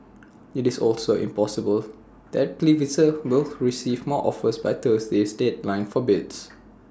it's also possible that Pfizer will receive more offers by Thursday's deadline for bids